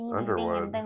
Underwood